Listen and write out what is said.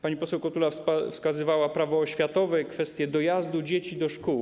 Pani poseł Kotula wskazywała na Prawo oświatowe, kwestię dojazdu dzieci do szkół.